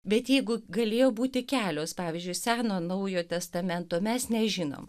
bet jeigu galėjo būti kelios pavyzdžiui seno naujo testamento mes nežinom